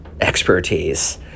expertise